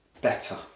better